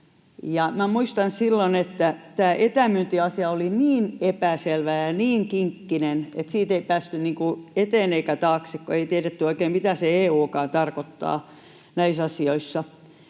Muistan, että silloin tämä etämyyntiasia oli niin epäselvä ja niin kinkkinen, että siinä ei päästy eteen eikä taakse, kun ei tiedetty oikein, mitä se EU:kaan tarkoittaa näissä asioissa.